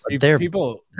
People